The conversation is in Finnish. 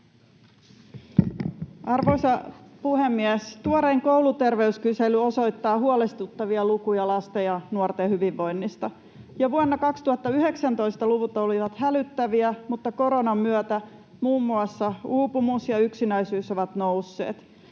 Arvoisa puhemies! Tuorein kouluterveyskysely osoittaa huolestuttavia lukuja lasten ja nuorten hyvinvoinnista. Jo vuonna 2019 luvut olivat hälyttäviä, mutta koronan myötä muun muassa uupumus ja yksinäisyys ovat nousseet.